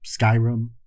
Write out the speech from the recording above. Skyrim